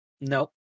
Nope